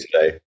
today